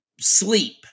sleep